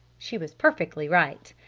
she was perfectly right.